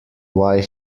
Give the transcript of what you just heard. why